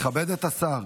תכבד את השר.